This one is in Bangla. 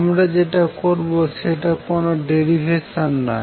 আমরা যেটা করবো সেটা কোনো ডেরিভেশান নয়